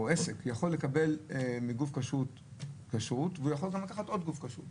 להציג את התעודה ואת סמלי הכשרות שיש ברשותו.